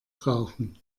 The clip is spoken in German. brauchen